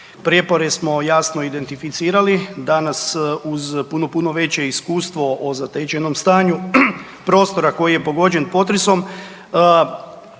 Prijepore smo jasno identificirali, danas uz puno, puno veće iskustvo o zatečenom stanju prostora koji je pogođen potresom,